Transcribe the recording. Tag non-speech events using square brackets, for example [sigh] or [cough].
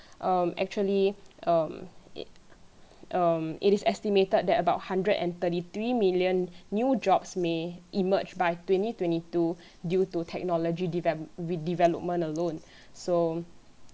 [breath] um actually um um it is estimated that about hundred and thirty three million new jobs may emerge by twenty twenty two [breath] due to technology deve~ redevelopment alone [breath] so